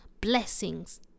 blessings